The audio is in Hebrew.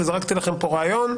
וזרקתי לכם פה רעיון,